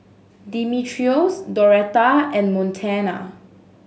Dimitrios Doretta and Montana